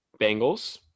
Bengals